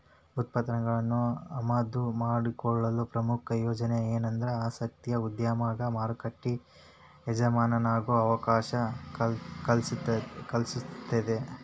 ಉತ್ಪನ್ನಗಳನ್ನ ಆಮದು ಮಾಡಿಕೊಳ್ಳೊ ಪ್ರಮುಖ ಪ್ರಯೋಜನ ಎನಂದ್ರ ಆಸಕ್ತಿಯ ಉದ್ಯಮದಾಗ ಮಾರುಕಟ್ಟಿ ಎಜಮಾನಾಗೊ ಅವಕಾಶ ಕಲ್ಪಿಸ್ತೆತಿ